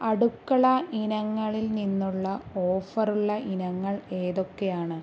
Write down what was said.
അടുക്കള ഇനങ്ങളിൽ നിന്നുള്ള ഓഫറുള്ള ഇനങ്ങൾ ഏതൊക്കെയാണ്